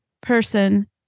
person